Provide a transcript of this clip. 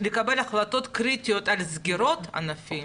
לקבל החלטות קריטיות על סגירות ענפים